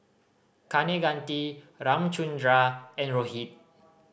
Kaneganti Ramchundra and Rohit